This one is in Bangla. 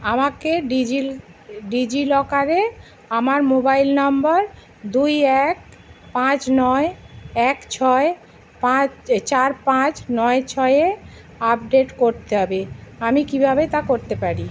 আমাকে ডিজি ডিজিলকারে আমার মোবাইল নাম্বর দুই এক পাঁচ নয় এক ছয় পাঁচ চার পাঁচ নয় ছয়ে আপডেট করতে হবে আমি কিভাবে তা করতে পারি